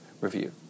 review